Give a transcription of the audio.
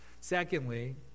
Secondly